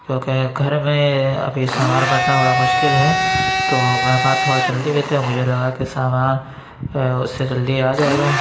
کیونکہ گھر میں ابھی سامان بننا بڑا مشکل ہے تو مہمان تھوڑی جلدی میں تھے مجھے لگا کہ سامان اُس سے جلدی آ جائے گا